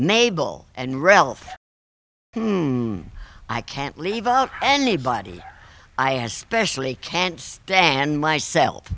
naval and relf than i can't leave out any body i especially can't stand myself